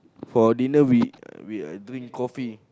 for dinner we we are doing coffee